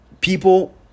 people